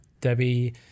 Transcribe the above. debbie